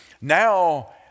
now